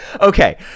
Okay